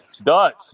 Dutch